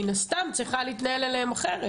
מן הסתם היה צריך להזמין אותם,